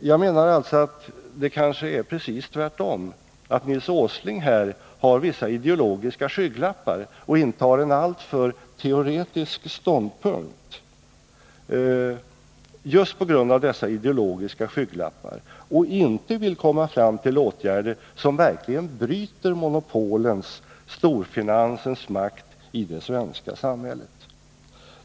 Jag menar alltså att det kanske är precis tvärtom, nämligen att Nils Åsling har vissa ideologiska skygglappar och intar en alltför teoretisk ståndpunkt just på grund av dessa ideologiska skygglappar och inte vill komma fram till åtgärder som verkligen bryter monopolens och storfinansens makt i det svenska samhället.